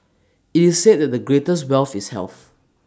IT is said that the greatest wealth is health